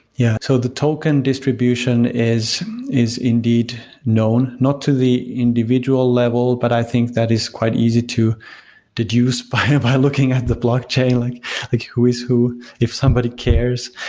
yeah. so the token distribution is is indeed known, not to the individual level, but i think that is quite easy to deduce by ah by looking at the blockchain, like like who is who, if somebody cares.